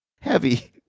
heavy